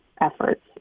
efforts